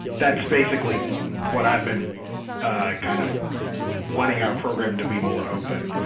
that's basically what i've been kind of wanting our program to be more open.